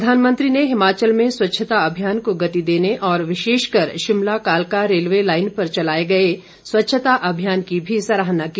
प्रधानमंत्री ने हिमाचल में स्वच्छता अभियान को गति देने और विशेषकर शिमला कालका रेलवे लाईन पर चलाए गए स्वच्छता अभियान की भी सराहना की